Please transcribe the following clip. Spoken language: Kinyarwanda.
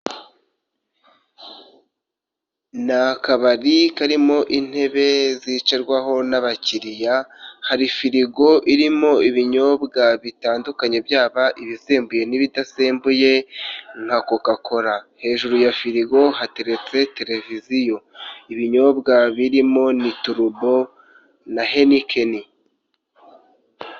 Ni akabari karimo intebe zicarwaho n'abakiriya. Hari firigo irimo ibinyobwa bitandukanye, byaba ibisembuye n'ibidasembuye nka kokakora. Hejuru ya firigo hateretse televiziyo. Ibinyobwa birimo ni turubo na henikeni.